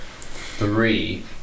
three